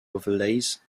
overlays